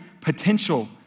potential